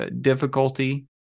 difficulty